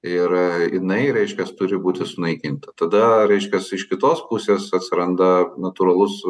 ir jinai reiškias turi būti sunaikinta tada reiškiasi iš kitos pusės atsiranda natūralus